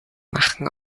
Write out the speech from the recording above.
machen